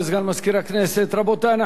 רבותי, אנחנו ממשיכים בהצעות החוק.